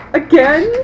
again